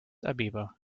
abeba